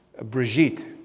Brigitte